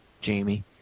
jamie